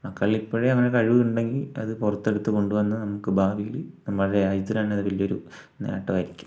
മക്കളിൽ ഇപ്പോഴേ അങ്ങനെ കഴിവ് ഉണ്ടെങ്കിൽ അത് പുറത്തെടുത്ത് കൊണ്ട് വന്ന് നമുക്ക് ഭാവിയിൽ നമ്മുടെ രാജ്യത്തിന് തന്നെ വലിയൊരു നേട്ടം ആയിരിക്കും